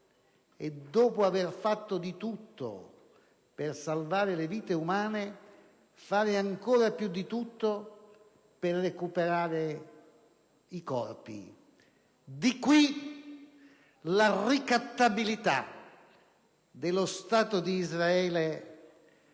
e, dopo aver fatto di tutto per salvare le vite umane, fare ancora di più per recuperare i corpi. Di qui la ricattabilità dello Stato di Israele